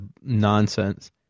nonsense